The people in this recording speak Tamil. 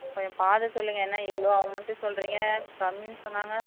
கொஞ்சம் பார்த்து சொல்லுங்கள் என்ன இவ்வளோ அமௌண்ட்டு சொல்கிறீங்க கம்மின்னு சொன்னாங்க